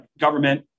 government